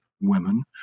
women